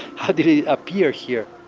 how did it appear here?